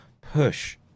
push